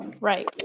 Right